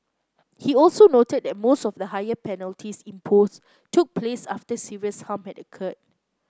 he also noted that most of the higher penalties imposed took place after serious harm had occurred